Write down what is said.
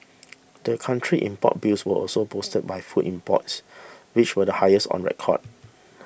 the country's import bills was also boosted by food imports which were the highest on record